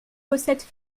recettes